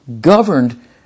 governed